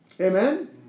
Amen